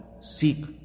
seek